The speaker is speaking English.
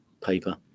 paper